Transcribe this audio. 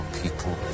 people